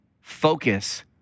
focus